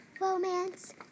Romance